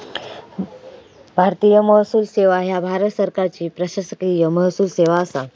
भारतीय महसूल सेवा ह्या भारत सरकारची प्रशासकीय महसूल सेवा असा